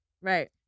Right